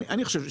אני חושב,